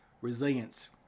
resilience